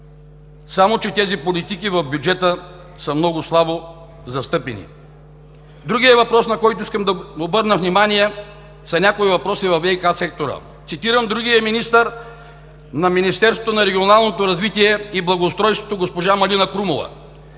Само че тези политики в бюджета са много слабо застъпени. Другият въпрос, на който искам да обърна внимание, са някои проблеми във ВиК сектора. Цитирам другия заместник-министър на регионалното развитие и благоустройството госпожа Малина Крумова.